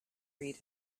read